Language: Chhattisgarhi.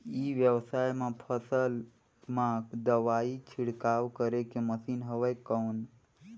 ई व्यवसाय म फसल मा दवाई छिड़काव करे के मशीन हवय कौन?